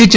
H